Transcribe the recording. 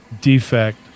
defect